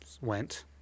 went